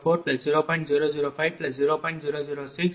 015 p